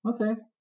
Okay